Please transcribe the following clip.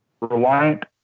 Reliant